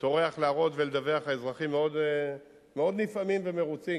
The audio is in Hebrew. טורח להראות ולדווח, האזרחים מאוד נפעמים ומרוצים.